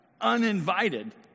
Uninvited